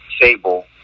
sable